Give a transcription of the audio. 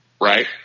right